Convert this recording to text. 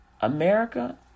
America